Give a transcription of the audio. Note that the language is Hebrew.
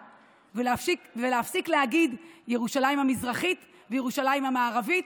ולהפסיק להגיד ירושלים המזרחית וירושלים המערבית,